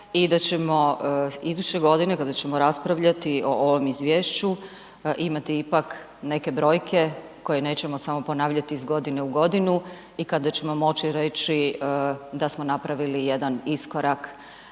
i da ćemo iduće godine kada ćemo raspravljati o ovom izvješću imati ipak neke brojke koje nećemo samo ponavljati iz godine u godinu i kada ćemo moći reći da smo napravili jedan iskorak,